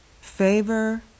favor